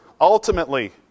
ultimately